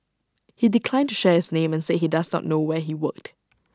he declined to share his name and said he does not know where he worked